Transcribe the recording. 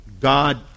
God